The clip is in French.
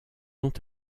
ont